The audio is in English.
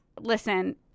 Listen